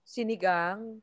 Sinigang